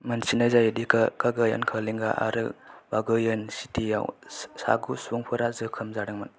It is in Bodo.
मिन्थिनाय जायोदि कागायन कलिंगा आरो बागुइन सिटीयाव सागु सुबुंफोरा जोखोम जादोंमोन